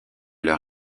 leur